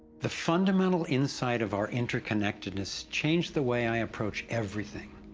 the fundamental insight of our interconnectedness changed the way i approach everything.